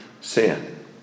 sin